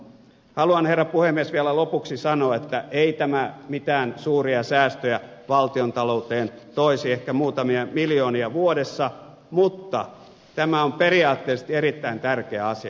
haluan herra puhemies vielä lopuksi sanoa että ei tämä mitään suuria säästöjä valtiontalouteen toisi ehkä muutamia miljoonia vuodessa mutta tämä on periaatteellisesti erittäin tärkeä asia